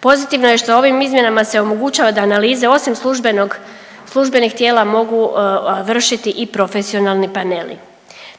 pozitivno je što ovim izmjenama se omogućava da analize osim službenog, službenih tijela mogu vršiti i profesionalni paneli.